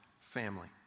family